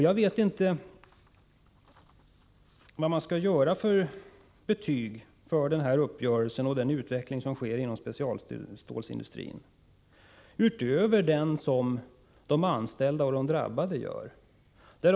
Jag vet inte vilket betyg man skall sätta på denna uppgörelse och den utveckling som sker inom specialstålsindustrin utöver det betyg som de anställda och de drabbade sätter.